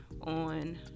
on